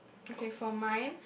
okay from mind